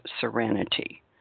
serenity